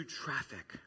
traffic